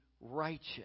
righteous